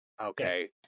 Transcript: okay